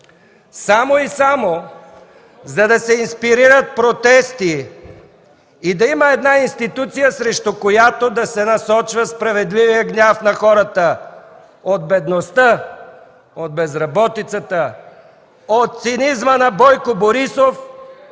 само и само за да се инспирират протести и да има институция, срещу която да се насочва справедливият гняв на хората от бедността, от безработицата, от цинизма на Бойко Борисов